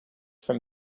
from